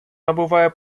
набуває